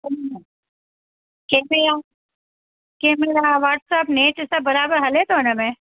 camera camera WhatsApp net सभु बराबरि हले थो उनमें